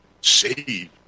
save